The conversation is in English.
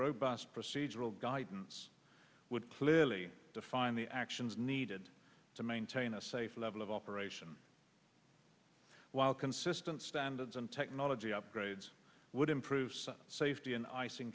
robust procedural guidance would clearly define the actions needed to maintain a safe level of operation while consistent standards and technology upgrades would improve safety in icing